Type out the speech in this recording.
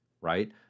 right